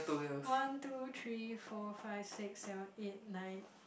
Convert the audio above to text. one two three four five six seven eight nine